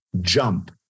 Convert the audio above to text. jump